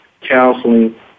counseling